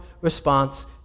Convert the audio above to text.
response